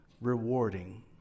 rewarding